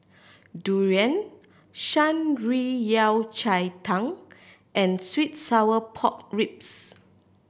durian Shan Rui Yao Cai Tang and sweet and sour pork ribs